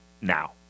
now